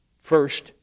First